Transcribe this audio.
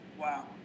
wow